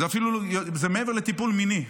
זה מעבר לטיפול מיני,